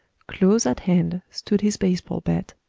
close at hand stood his base-ball bat,